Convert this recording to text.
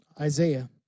Isaiah